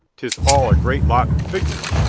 tis all a great lot of figures,